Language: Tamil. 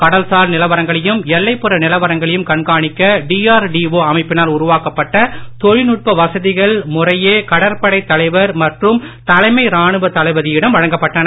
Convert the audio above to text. கடல்சார் நிலவரங்களையும் எல்லைப்புற நிலவரங்களையும் கண்காணிக்க டிஆர்டிஓ அமைப்பினால் உருவாக்கப்பட்ட தொழில்நுட்ப வசதிகளை முறையே கடற்படைத் தலைவர் மற்றும் தலைமை ராணுவ தளபதியிடம் வழங்கப்பட்டன